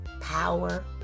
power